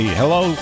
hello